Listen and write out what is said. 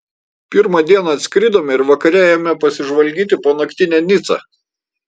pirmą dieną atskridome ir vakare ėjome pasižvalgyti po naktinę nicą